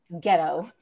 ghetto